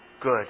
good